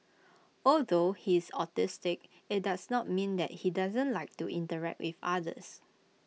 although he is autistic IT does not mean that he doesn't like to interact with others